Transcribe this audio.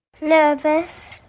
Nervous